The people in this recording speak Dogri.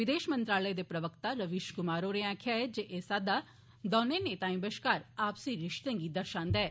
विदेश मंत्रालय दे प्रवक्ता रवीश कुमार होरें आक्खेया जे एह् साद्वा दौने नेताएं बश्कार आपसी रिश्तें गी र्दशान्दा ऐ